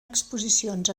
exposicions